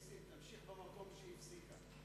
נסים, תמשיך מהמקום שבו היא הפסיקה.